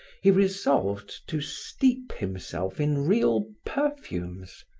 he resolved to steep himself in real perfumes,